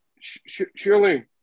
Surely